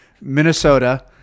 Minnesota